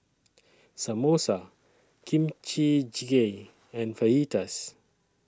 Samosa Kimchi Jjigae and Fajitas